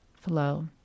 flow